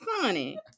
funny